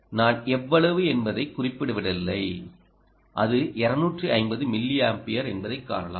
நான் எவ்வளவு என்பதைக் குறிப்பிடவில்லை அது 250 மில்லியாம்பியர் என்பதைக் காணலாம்